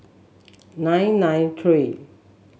nine nine three